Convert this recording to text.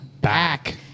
back